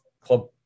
club